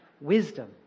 wisdom